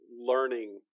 learning